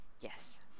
Yes